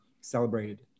celebrated